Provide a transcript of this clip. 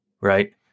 right